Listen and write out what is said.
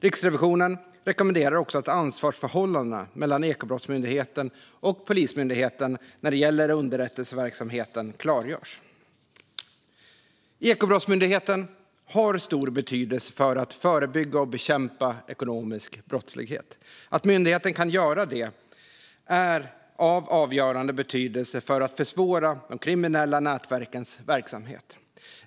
Riksrevisionen rekommenderar också att ansvarsförhållandena mellan Ekobrottsmyndigheten och Polismyndigheten när det gäller underrättelseverksamheten klargörs. Ekobrottsmyndigheten har stor betydelse för att förebygga och bekämpa ekonomisk brottslighet. Att myndigheten kan göra det är av avgörande betydelse för att försvåra de kriminella nätverkens verksamhet.